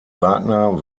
wagner